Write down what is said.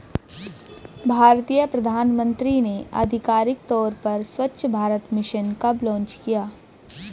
भारतीय प्रधानमंत्री ने आधिकारिक तौर पर स्वच्छ भारत मिशन कब लॉन्च किया?